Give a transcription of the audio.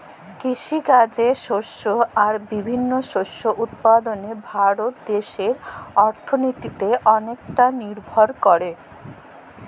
কিসিকাজে শস্য আর বিভিল্ল্য শস্য উৎপাদলে ভারত দ্যাশের অথ্থলিতি অলেকট লিরভর ক্যরে